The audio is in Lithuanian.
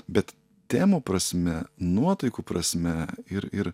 bet temų prasme nuotaikų prasme ir ir